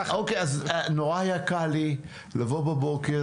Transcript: נורא היה קל לי לבוא בבוקר,